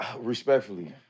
respectfully